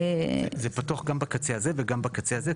זה פתוח גם בקצה הזה וגם בקצה הזה,